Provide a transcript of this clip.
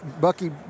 Bucky